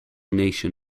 nation